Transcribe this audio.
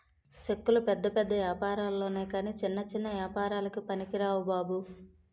చెక్కులు పెద్ద పెద్ద ఏపారాల్లొనె కాని చిన్న చిన్న ఏపారాలకి పనికిరావు బాబు